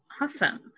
Awesome